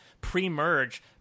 pre-merge